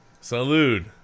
Salute